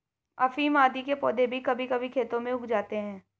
अफीम आदि के पौधे भी कभी कभी खेतों में उग जाते हैं